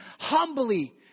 humbly